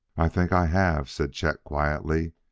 i think i have, said chet quietly.